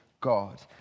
God